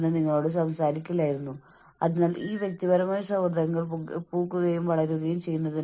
പക്ഷേ അതിന്റെ ഫലം എന്തായിരിക്കുമെന്ന് നമുക്കറിയില്ലയെങ്കിൽ അത് സമ്മർദ്ദം ഉണ്ടാകുന്നു